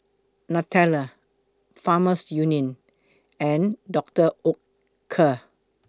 Nutella Farmers Union and Dr Oetker